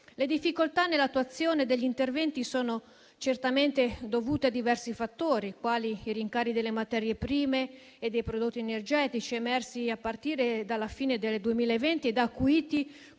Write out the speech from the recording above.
Le difficoltà nell'attuazione degli interventi sono certamente dovute a diversi fattori, quali i rincari delle materie prime e dei prodotti energetici emersi a partire dalla fine del 2020 e acuiti